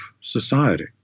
society